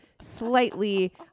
slightly